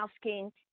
asking